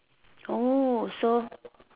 oh so